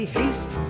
haste